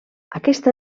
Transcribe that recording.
aquesta